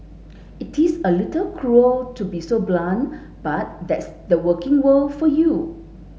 it is a little cruel to be so blunt but that's the working world for you